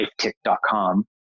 lifetick.com